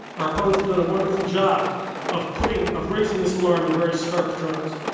our opponents have done a wonderful job of putting of raising this alarm in very stark terms.